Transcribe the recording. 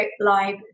Live